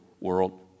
world